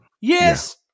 Yes